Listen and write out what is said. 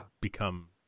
become